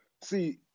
see